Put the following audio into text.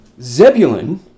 Zebulun